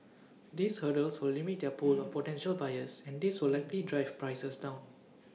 these hurdles will limit their pool of potential buyers and this will likely drive prices down